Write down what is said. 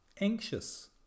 anxious